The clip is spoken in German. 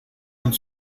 und